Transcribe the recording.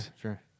sure